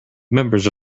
members